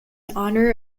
honor